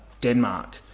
Denmark